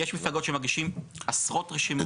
יש מפלגות שמגישים עשרות רשימות.